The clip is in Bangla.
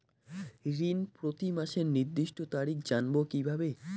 ঋণ প্রতিমাসের নির্দিষ্ট তারিখ জানবো কিভাবে?